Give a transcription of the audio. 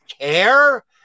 care